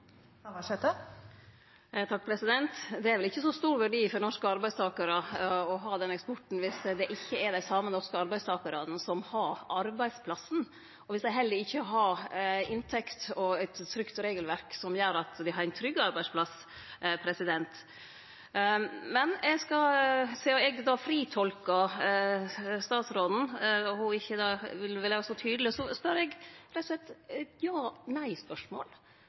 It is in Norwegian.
Det er vel ikkje så stor verdi for norske arbeidstakarar å ha den eksporten om det ikkje også er norske arbeidstakarar på den arbeidsplassen, og om dei heller ikkje har inntekt og eit trygt regelverk som gjer at dei har ein trygg arbeidsplass. Sidan eg då fritolka statsråden og ho ikkje vil